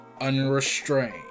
unrestrained